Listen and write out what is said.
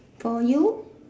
for you